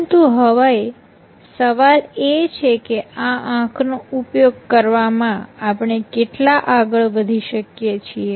પરંતુ હવે સવાલ એ છે કે આ અંકનો ઉપયોગ કરવામાં આપણે કેટલા આગળ વધી શકીએ છીએ